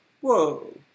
Whoa